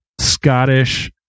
Scottish